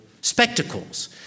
spectacles